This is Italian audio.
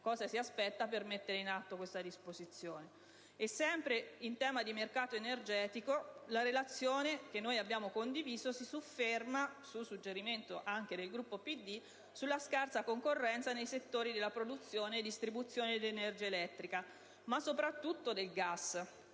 cosa si aspetta per mettere in atto questa disposizione? Sempre in tema di mercato energetico, la relazione che abbiamo condiviso si sofferma, anche su suggerimento del Gruppo PD, sulla scarsa concorrenza nei settori della produzione e della distribuzione di energia elettrica, ma soprattutto del gas.